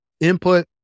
input